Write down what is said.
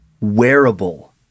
wearable